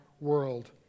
world